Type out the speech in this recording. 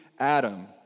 Adam